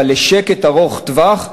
אבל לשקט ארוך-טווח,